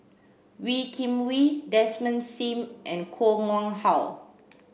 Wee Kim Wee Desmond Sim and Koh Nguang How